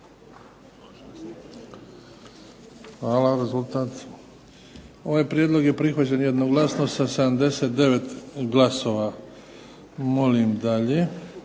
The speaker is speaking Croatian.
Hvala. Rezultat? Ovaj prijedlog je prihvaćen jednoglasno sa 79 glasova. Molim dalje.